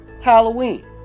Halloween